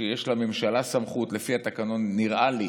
או שיש לממשלה סמכות, לפי התקנון נראה לי